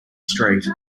street